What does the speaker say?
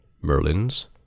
Merlin's